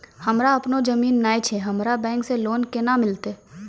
हमरा आपनौ जमीन नैय छै हमरा बैंक से लोन केना मिलतै?